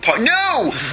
No